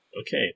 Okay